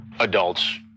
adults